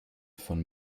von